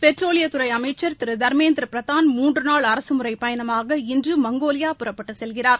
பெட்ரோலியத்துறை அமைச்சர் திரு தர்மேந்திர பிரதான் மூன்று நாள் அரசுமுறை பயணமாக இன்று மங்கோலியா புறப்பட்டுச் செல்கிறார்